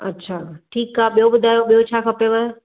अच्छा ठीक आहे ॿियो ॿुधायो ॿियो छा खपेव